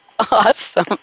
Awesome